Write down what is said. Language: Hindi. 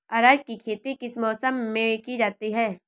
अरहर की खेती किस मौसम में की जाती है?